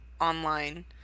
online